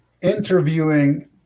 interviewing